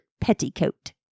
petticoat